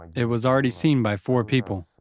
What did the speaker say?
it was already seen by four people,